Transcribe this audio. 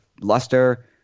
luster